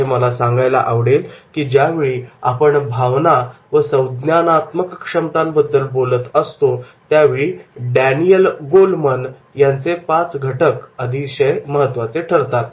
इथे मला सांगायला आवडेल की ज्यावेळी आपण भावना व संज्ञानात्मक क्षमताबद्दल बोलत असतो त्यावेळी 'डॅनियल गोलमन' यांचे पाच घटक अतिशय महत्त्वाचे ठरतात